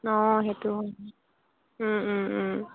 অঁ সেইটো হয়